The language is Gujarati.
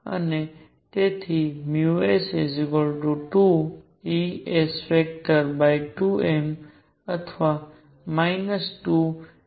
અને તેથી s2 અથવા 2e22me છે